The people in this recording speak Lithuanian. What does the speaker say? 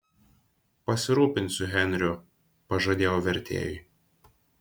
pasirūpinsiu henriu pažadėjau vertėjui